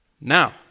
now